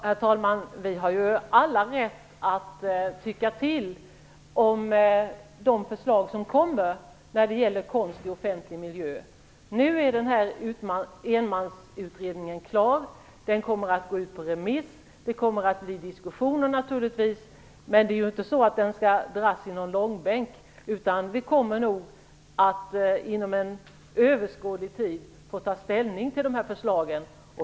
Herr talman! Vi har ju alla rätt att tycka till om de förslag som kommer att presenteras när det gäller konst i offentlig miljö. Nu är enmansutredningen klar. Den kommer att gå ut på remiss, och det kommer naturligtvis att föras en diskussion. Men ärendet kommer inte att dras i någon långbänk, utan vi kommer nog att inom en överskådlig tid få ta ställning till förslagen.